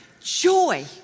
joy